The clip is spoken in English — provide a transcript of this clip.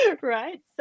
Right